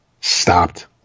stopped